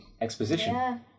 Exposition